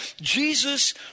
Jesus